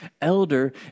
elder